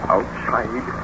Outside